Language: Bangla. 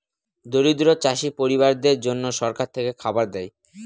দরিদ্র চাষী পরিবারদের জন্যে সরকার থেকে খাবার দেয়